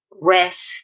rest